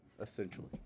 essentially